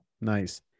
Nice